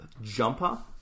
Jumper